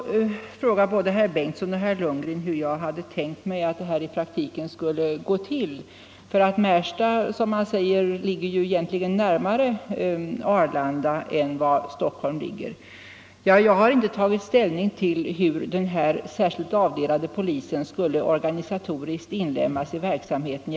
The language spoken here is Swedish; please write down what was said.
Både herr Bengtsson och herr Lundgren frågade hur jag tänkt mig att det hela i praktiken skulle gå till. Märsta ligger, som ni säger, närmare Arlanda än Stockholm gör. Jag har inte tagit ställning till hur den här särskilt avdelade polisen skulle organisatoriskt inlemmas i verksamheten.